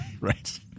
Right